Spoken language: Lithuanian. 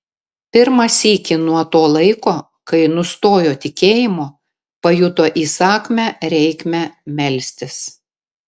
pirmą sykį nuo to laiko kai nustojo tikėjimo pajuto įsakmią reikmę melstis